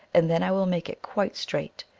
and then i will make it quite straight,